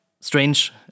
strange